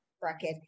bracket